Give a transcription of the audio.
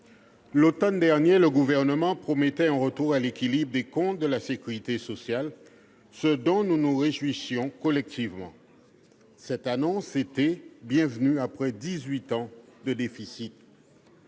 l'automne dernier, le Gouvernement promettait un retour à l'équilibre des comptes de la sécurité sociale, ce dont nous nous réjouissions collectivement. Cette annonce était la bienvenue après dix-huit ans de déficit.